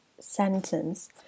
sentence